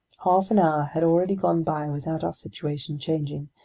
half an hour had already gone by without our situation changing,